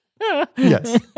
Yes